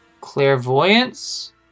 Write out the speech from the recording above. clairvoyance